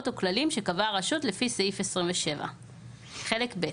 או כללים שקבעה הרשות לפי סעיף 27. חלק ב'